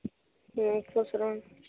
हूँ खुश रहूँ